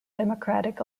democratic